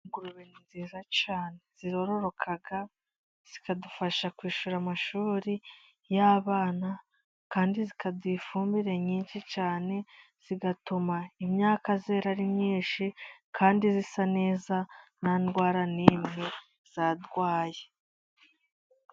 Ingurube ni nziza cyane zirororoka, zikadufasha kwishyura amashuri y'abana ,kandi zikaduha ifumbire nyinshi cyane, zigatuma imyaka yera ari myinshi, kandi isa neza nta ndwara n'imwe yarwaye.